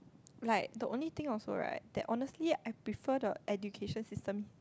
like the only thing also right that honestly I prefer the education system